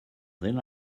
then